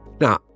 Now